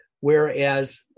whereas